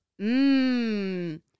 Mmm